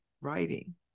writing